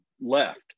left